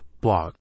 blog